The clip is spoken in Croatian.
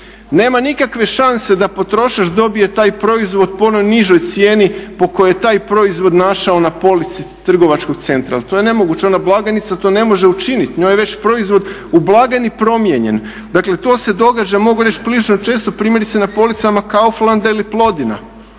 Nema nikakve šanse da potrošač dobije taj proizvod po onoj nižoj cijeni po kojoj je taj proizvod našao na polici trgovačkog centra jer to je nemoguće, ona blagajnica to ne može učiniti, njoj je već proizvod u blagajni promijenjen. Dakle to se događa mogu reći prilično često. Primjerice na policama Kauflanda ili Plodina.